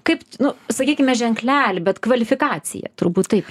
kaip nu sakykime ženklelį bet kvalifikaciją turbūt taip